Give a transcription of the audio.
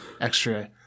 extra